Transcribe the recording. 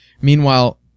Meanwhile